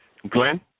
Glenn